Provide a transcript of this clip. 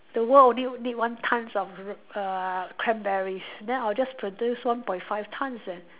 the world only need one tons of r~ err cranberries then I'll just produce one point five tons then